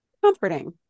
Comforting